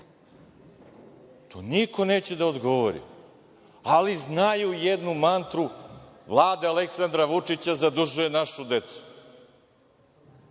To niko neće da odgovori, ali znaju jednu mantru - Vlada Aleksandra Vučića zadužuje našu decu.